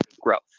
growth